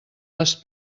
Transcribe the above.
les